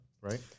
right